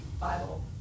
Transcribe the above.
Bible